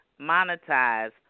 monetize